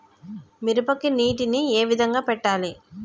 మిరపకి నీటిని ఏ విధంగా పెట్టాలి?